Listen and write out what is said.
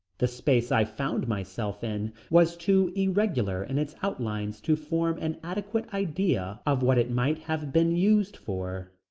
the space i found myself in was too irregular in its outlines to form an adequate idea of what it might have been used for.